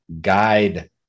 guide